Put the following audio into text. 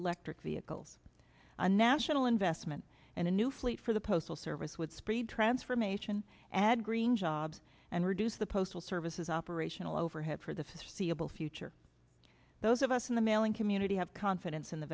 electric vehicles a national investment and a new flu for the postal service would speed transformation add green jobs and reduce the postal service is operational overhead for the forseeable future those of us in the mailing community have confidence in the